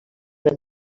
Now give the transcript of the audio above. una